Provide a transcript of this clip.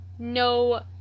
no